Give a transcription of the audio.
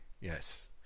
Yes